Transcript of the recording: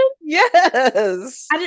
yes